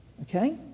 Okay